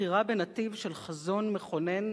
בחירה בנתיב של חזון מכונן,